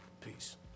Peace